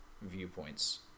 viewpoints